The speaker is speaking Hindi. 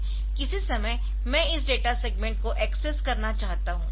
किसी समय मैं इस डेटा सेगमेंट को एक्सेस करना चाहता हूं